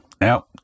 Now